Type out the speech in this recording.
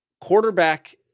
quarterback